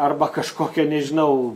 arba kažkokia nežinau